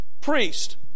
priest